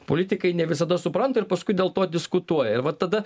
politikai ne visada supranta ir paskui dėl to diskutuoja ir va tada